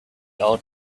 old